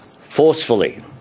forcefully